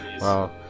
Wow